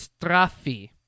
Straffi